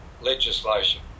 legislation